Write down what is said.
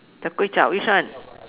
the kway-chap which one